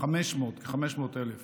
כ-500,000